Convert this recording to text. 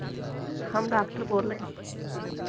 हम डॉक्टर बोल रहे हैं